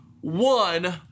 one